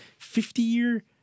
50-year